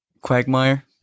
Quagmire